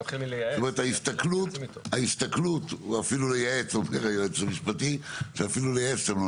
אומר פה היועץ המשפטי אפילו לייעץ אתם לא